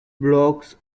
blocks